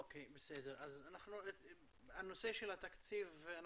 הנושא של התקציב,